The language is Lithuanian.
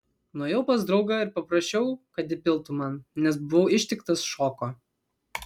nuėjau pas draugą ir paprašiau kad įpiltų man nes buvau ištiktas šoko